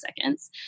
seconds